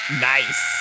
nice